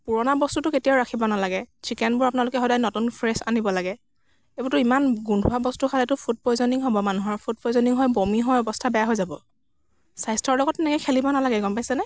পুৰণা বস্তুটো কেতিয়াও ৰাখিব নালাগে চিকেনবোৰ আপোনালোকে সদায় নতুন ফ্ৰেচ আনিব লাগে এইবোৰতো ইমান গোন্ধোৱা বস্তু খালেতো ফুড পইজনিং হ'ব মানুহৰ ফুড পইজনিং হৈ বমি হৈ অৱস্থা বেয়া হৈ যাব স্বাস্থ্যৰ লগত এনেকৈ খেলিব নালাগে গম পাইছেনে